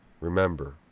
remember